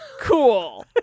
cool